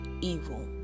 evil